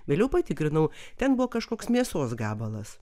vėliau patikrinau ten buvo kažkoks mėsos gabalas